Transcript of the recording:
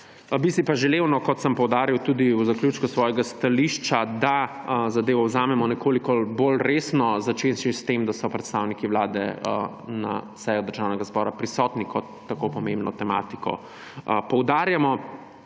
Bi si pa želel, no, kot sem poudaril tudi v zaključku svojega stališča, da zadevo vzamemo nekoliko bolj resno, začenši s tem, da so predstavniki Vlade na seji Državnega zbora prisotni, ko obravnavamo tako pomembno tematiko, da naše